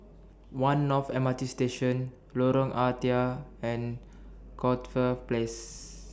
one North M R T Station Lorong Ah Thia and Corfe Place